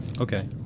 Okay